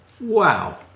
Wow